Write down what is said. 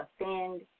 offend